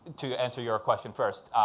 to answer your question first,